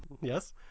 Yes